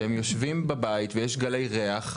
שהם יושבים בבית ויש גלי ריח,